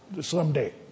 someday